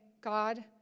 God